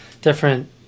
different